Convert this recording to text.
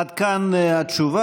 עד כאן התשובה.